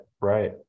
right